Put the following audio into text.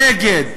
נגד